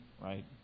right